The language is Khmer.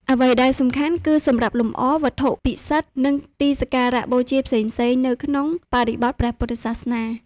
អ្វីដែលសំខាន់ គឺសម្រាប់លម្អវត្ថុពិសិដ្ឋ និងទីសក្ការៈបូជាផ្សេងៗ នៅក្នុងបរិបទព្រះពុទ្ធសាសនា។